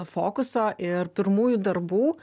fokuso ir pirmųjų darbų